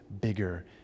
bigger